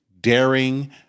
daring